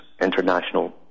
international